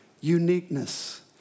uniqueness